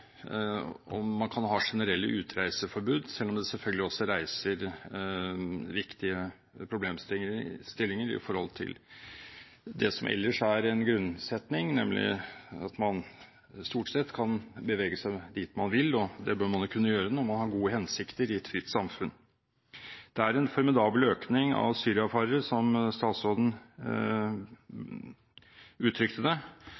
om man kan ha generelle utreiseforbud, selv om det selvfølgelig også reiser viktige problemstillinger med hensyn til det som ellers er en grunnsetning, nemlig at man stort sett kan bevege seg dit man vil, og det bør man jo kunne gjøre når man har gode hensikter i et fritt samfunn. Det er en formidabel økning av syriafarere, som statsråden uttrykte det.